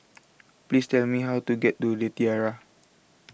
Please Tell Me How to get to The Tiara